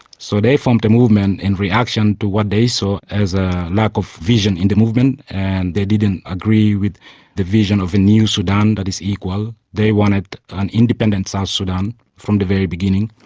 so they formed a movement in reaction to what they saw as a lack of vision in the movement and they didn't agree with the vision of a new sudan that is equal, they wanted an independent south sudan from the very beginning,